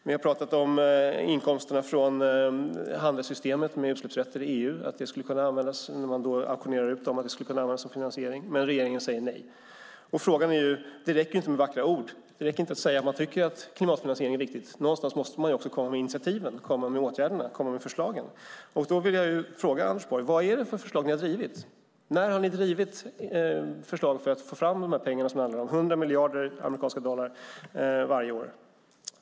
Vi har pratat om inkomsterna från handelssystemet för utsläppsrätter i EU - när man auktionerar ut dem. De skulle kunna användas som finansiering. Men regeringen säger nej. Det räcker inte med vackra ord. Det räcker inte att säga att man tycker att klimatfinansiering är viktigt. Någonstans måste man också komma med initiativen, komma med åtgärderna och komma med förslagen. Då vill jag fråga Anders Borg: Vad är det för förslag som ni har drivit? När har ni drivit förslag för att få fram de pengar som det handlar om, 100 miljarder amerikanska dollar varje år?